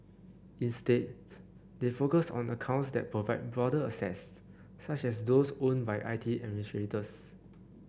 instead they focus on accounts that provide broader access such as those owned by I T administrators